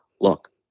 look